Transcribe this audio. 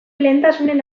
lehentasunen